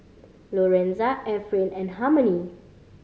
Lorenza Efrain and Harmony